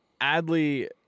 Adley